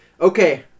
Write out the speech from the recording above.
Okay